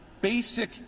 basic